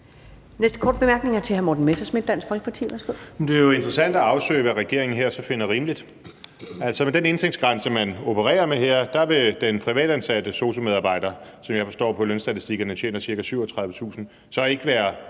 Folkeparti. Værsgo. Kl. 13:23 Morten Messerschmidt (DF): Det er jo interessant at afsøge, hvad regeringen her så finder rimeligt. Med den indtægtsgrænse, man opererer med her, vil den privatansatte sosu-medarbejder, som jeg forstår på lønstatistikkerne tjener ca. 37.000 kr., så ikke være